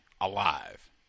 alive